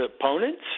opponents